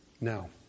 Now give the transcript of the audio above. Now